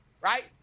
right